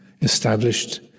established